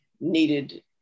needed